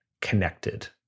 connected